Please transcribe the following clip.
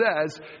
says